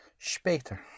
später